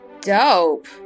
Dope